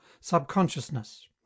subconsciousness